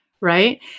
right